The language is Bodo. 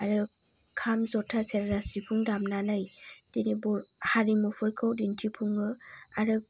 आरो खाम जथा सेरजा सिफुं दामनानै दिनै बर' हारिमुफोरखौ दिन्थिफुङो आरो